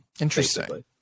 Interesting